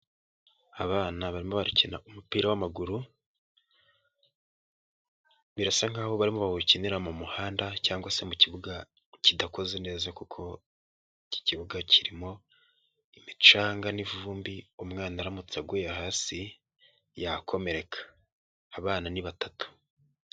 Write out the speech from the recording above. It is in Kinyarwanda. Abana barimo bakina umupira w'amaguru, birasa nkaho barimo bawukinira mu muhanda cyangwa se mu kibuga kidakoze neza kuko iki kibuga kirimo imicanga n'ivumbi, umwana aramutse aguye hasi yakomereka, abana ni batatu.